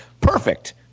Perfect